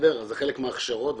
זה חלק מההכשרות.